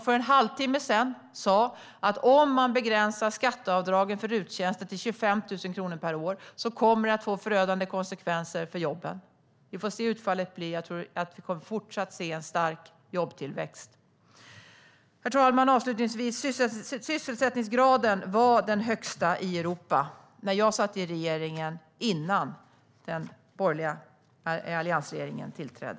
För en halvtimme sedan sa de att en begränsning av skatteavdragen för RUT-tjänster till 25 000 kronor per år kommer att få förödande konsekvenser för jobben. Vi får se vilket utfallet blir. Jag tror att vi fortsatt kommer att se en stark jobbtillväxt. Herr talman! Avslutningsvis vill jag påpeka att sysselsättningsgraden var den högsta i Europa när jag satt i regeringen innan den borgerliga alliansregeringen tillträdde.